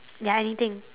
ya anything